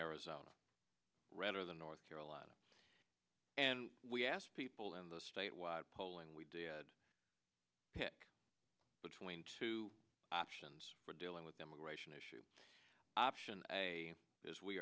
arizona rather than north carolina and we asked people in the statewide poll and we did pick between two options for dealing with immigration issue option a as we